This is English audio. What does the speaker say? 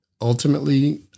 ultimately